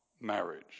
marriage